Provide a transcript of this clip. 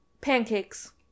Pancakes